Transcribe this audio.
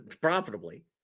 profitably